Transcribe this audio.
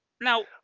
Now